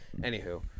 Anywho